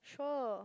sure